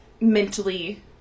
mentally